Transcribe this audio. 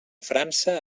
frança